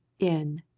in,